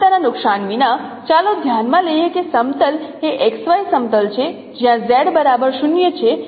સામાન્યતાના નુકસાન વિના ચાલો ધ્યાનમાં લઈએ કે સમતલ એ XY સમતલ છે જ્યાં Z બરાબર 0 છે